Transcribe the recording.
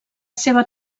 seva